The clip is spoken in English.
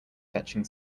fetching